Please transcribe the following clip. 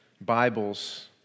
Bibles